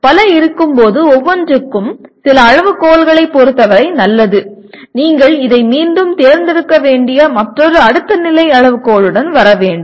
பல இருக்கும்போது ஒவ்வொன்றும் சில அளவுகோல்களைப் பொறுத்தவரை நல்லது நீங்கள் இதை மீண்டும் தேர்ந்தெடுக்க வேண்டிய மற்றொரு அடுத்த நிலை அளவுகோலுடன் வர வேண்டும்